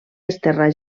desterrar